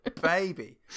Baby